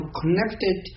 connected